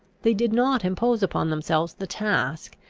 they did not impose upon themselves the task,